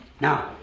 Now